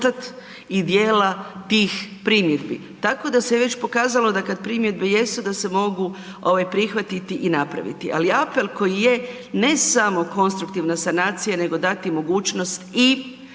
i dijela tih primjedbi. Tako da se već pokazala da kad primjedbe jesu da se mogu ovaj prihvatiti i napraviti, ali apel koji je ne samo konstruktivna sanacija nego dati mogućnost i